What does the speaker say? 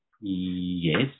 Yes